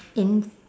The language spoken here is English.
in